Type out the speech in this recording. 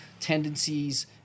tendencies